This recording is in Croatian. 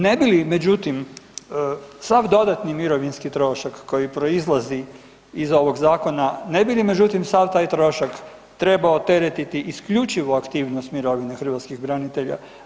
Ne bi li međutim sav dodatni mirovinski trošak koji proizlazi iz ovog zakona, ne bi li međutim sav taj trošak trebao teretiti isključivo aktivnost mirovine hrvatskih branitelja?